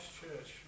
Church